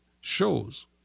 shows